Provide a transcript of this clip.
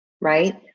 Right